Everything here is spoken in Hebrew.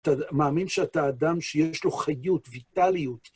אתה מאמין שאתה אדם שיש לו חיות, ויטליות.